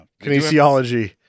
Kinesiology